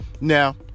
Now